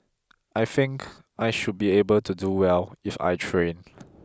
I think I should be able to do well if I train